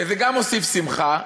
שזה גם מוסיף שמחה,